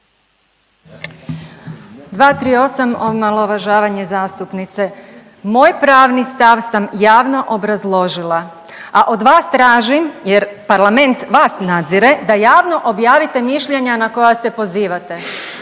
238. omalovažavanje zastupnice. Moj pravni stav sam javno obrazložila, a od vas tražim jer parlament vas nadzire da javno objavite mišljenja na koja se pozivate.